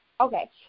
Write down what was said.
okay